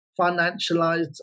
Financialized